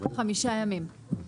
חמישה ימים.